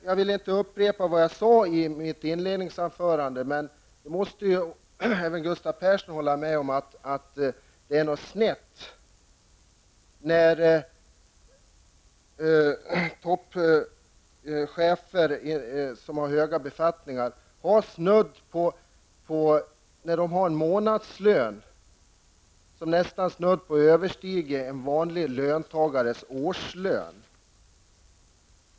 Jag vill inte upprepa vad jag sade i mitt inledningsanförande, men även Gustav Persson måste hålla med om att det är något snett, när chefer i höga befattningar har månadslöner som det är snudd på överstiger en vanlig löntagares årslön.